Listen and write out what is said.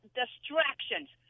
distractions